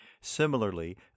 Similarly